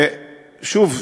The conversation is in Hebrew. שוב,